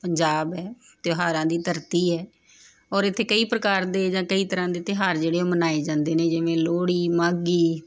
ਪੰਜਾਬ ਹੈ ਤਿਉਹਾਰਾਂ ਦੀ ਧਰਤੀ ਹੈ ਔਰ ਇੱਥੇ ਕਈ ਪ੍ਰਕਾਰ ਦੇ ਜਾਂ ਕਈ ਤਰ੍ਹਾਂ ਦੇ ਤਿਉਹਾਰ ਜਿਹੜੇ ਆ ਉਹ ਮਨਾਏ ਜਾਂਦੇ ਨੇ ਜਿਵੇਂ ਲੋਹੜੀ ਮਾਘੀ